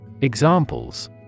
Examples